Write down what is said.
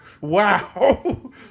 Wow